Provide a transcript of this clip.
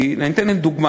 אני אתן דוגמה.